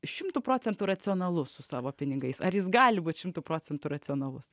šimtu procentų racionalus su savo pinigais ar jis gali būt šimtu procentų racionalus